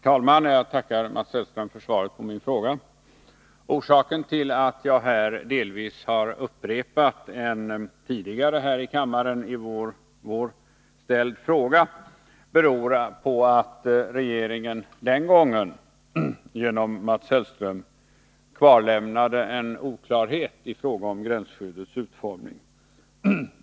Herr talman! Jag tackar Mats Hellström för svaret på min fråga. Orsaken till att jag delvis har upprepat en tidigare här i kammaren i vår ställd fråga är att regeringen den gången genom Mats Hellström kvarlämnade en oklarhet i fråga om gränsskyddets utformning.